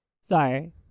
sorry